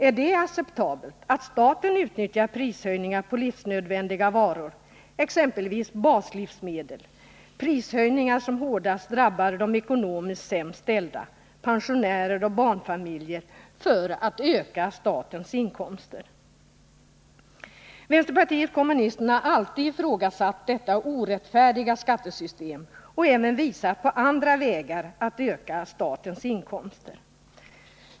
Är det acceptabelt att staten utnyttjar prishöjningar på livsnödvändiga varor, exempelvis baslivsmedel — prishöjningar som hårdast drabbar de ekonomiskt sämst ställda, pensionärer och barnfamiljer — för att öka statens inkomster? Vpk har alltid ifrågasatt detta orättfärdiga skattesystem och även visat på andra vägar att öka statens inkomster.